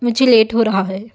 مجھے لیٹ ہو رہا ہے